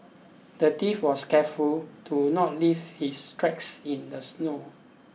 the thief was careful to not leave his tracks in the snow